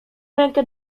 rękę